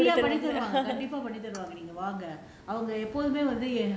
பண்ணி தருவாங்க கண்டிப்பா வாங்க:panni tharuvanga kandippaa vaanga